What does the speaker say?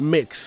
Mix